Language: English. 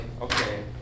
okay